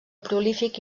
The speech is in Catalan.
prolífic